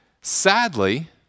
Sadly